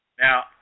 Now